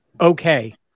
okay